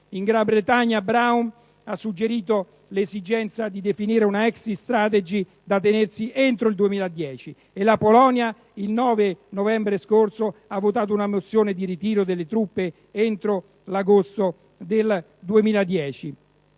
In Gran Bretagna Brown ha suggerito l'esigenza di definire una *exit strategy* da tenersi entro il 2010. E la Polonia il 9 novembre scorso ha votato una mozione di ritiro delle truppe entro agosto 2010.